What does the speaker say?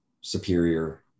superior